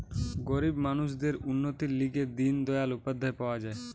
গরিব মানুষদের উন্নতির লিগে দিন দয়াল উপাধ্যায় পাওয়া যায়